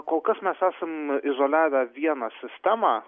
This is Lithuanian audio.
kol kas mes esam izoliavę vieną sistemą